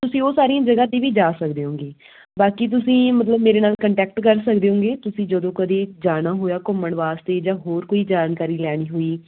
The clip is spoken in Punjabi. ਤੁਸੀਂ ਉਹ ਸਾਰੀਆਂ ਜਗ੍ਹਾ 'ਤੇ ਵੀ ਜਾ ਸਕਦੇ ਓਂਗੇ ਬਾਕੀ ਤੁਸੀਂ ਮਤਲਬ ਮੇਰੇ ਨਾਲ ਕੰਟੈਕਟ ਕਰ ਸਕਦੇ ਓਂਗੇ ਤੁਸੀਂ ਜਦੋਂ ਕਦੇ ਜਾਣਾ ਹੋਇਆ ਘੁੰਮਣ ਵਾਸਤੇ ਜਾਂ ਹੋਰ ਕੋਈ ਜਾਣਕਾਰੀ ਲੈਣੀ ਹੋਈ